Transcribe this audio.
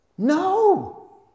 No